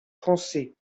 français